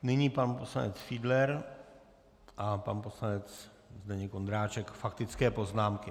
Nyní pan poslanec Fiedler a pan poslanec Zdeněk Ondráček, faktické poznámky.